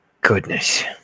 goodness